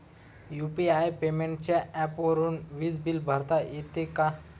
UPI पेमेंटच्या ऍपवरुन वीज बिल भरता येते का?